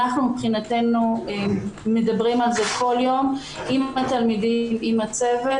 אנחנו מבחינתנו מדברים על זה בכל יום עם התלמידים ועם הצוות,